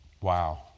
Wow